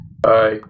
Bye